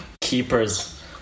keepers